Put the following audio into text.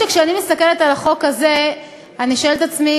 כשאני מסתכלת על החוק הזה אני שואלת את עצמי,